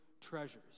treasures